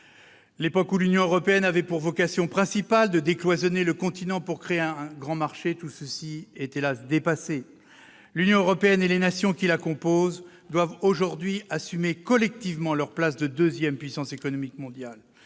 L'époque où l'Union européenne avait pour vocation principale de décloisonner le continent pour créer un grand marché est, hélas ! dépassée. L'Union européenne et les nations qui la composent doivent aujourd'hui assumer collectivement leur place de deuxième puissance économique mondiale.